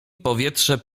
powietrze